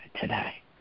today